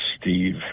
Steve